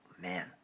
man